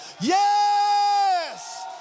Yes